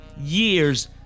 years